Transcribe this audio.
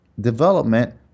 development